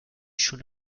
schon